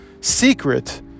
secret